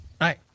right